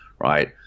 right